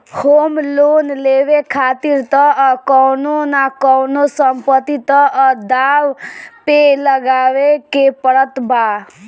home loan लेवे खातिर तअ कवनो न कवनो संपत्ति तअ दाव पे लगावे के पड़त बा